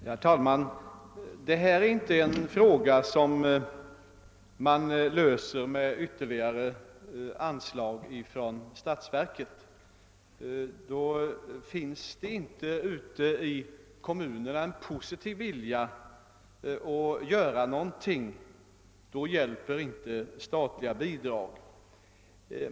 Herr talman! Denna fråga är inte sådan att den kan lösas genom ytterligare anslag från statsverket. Finns det inte ute 'i kommunerna en positiv vilja att göra något, hjälper inte statliga bidrag.